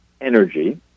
energy